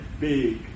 big